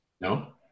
No